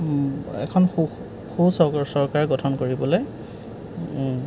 এখন সু সু চৰকাৰ চৰকাৰ গঠন কৰিবলৈ